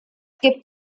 gibt